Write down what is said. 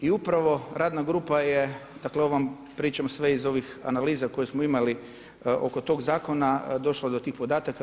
I upravo radna grupa je dakle ovom pričom sve iz ovih analiza koju smo imali oko tog zakona došla do tih podataka.